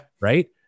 Right